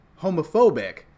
homophobic